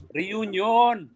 reunion